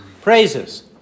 praises